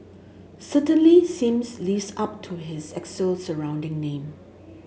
certainly seems lives up to its elixir sounding name